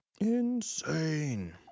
Insane